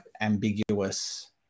ambiguous